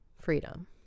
freedom